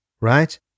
right